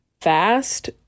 fast